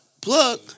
plug